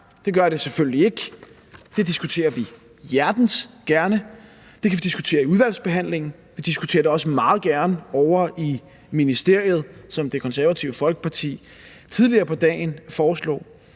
det gør det selvfølgelig ikke, det diskuterer vi hjertens gerne. Det kan vi diskutere i udvalgsbehandlingen. Vi diskuterer det også meget gerne ovre i ministeriet, som Det Konservative Folkeparti tidligere på dagen foreslog.